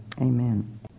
Amen